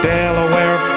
Delaware